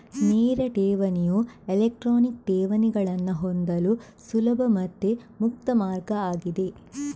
ನೇರ ಠೇವಣಿಯು ಎಲೆಕ್ಟ್ರಾನಿಕ್ ಠೇವಣಿಗಳನ್ನ ಹೊಂದಲು ಸುಲಭ ಮತ್ತೆ ಮುಕ್ತ ಮಾರ್ಗ ಆಗಿದೆ